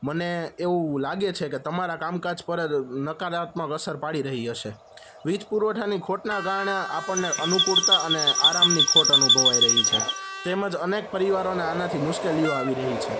મને એવું લાગે છે કે તમારા કામકાજ પર નકારાત્મક અસર પાડી રહી હશે વીજ પુરવઠાની ખોટનાં કારણે આપણને અનુકૂળતા અને આરામની ખોટ અનુભવાઈ રહી છે તેમજ અનેક પરિવારોને આનાથી મુશ્કેલીઓ આવી રહી છે